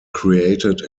created